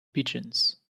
pigeons